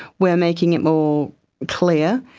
we're making it more clear.